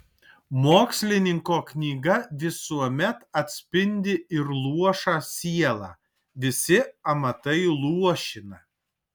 mokslininko knyga visuomet atspindi ir luošą sielą visi amatai luošina